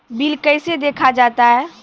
Bill कैसे देखा जाता हैं?